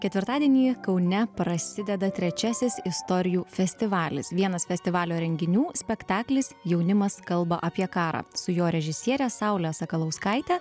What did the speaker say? ketvirtadienį kaune prasideda trečiasis istorijų festivalis vienas festivalio renginių spektaklis jaunimas kalba apie karą su jo režisiere saule sakalauskaite